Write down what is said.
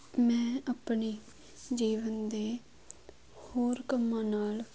ਮੈਂ ਆਪਣੇ ਜੀਵਨ ਦੇ ਹੋਰ ਕੰਮਾਂ ਨਾਲ